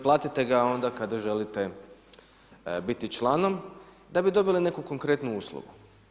Platite ga onda kada želite biti članom da bi dobili neku konkretnu uslugu.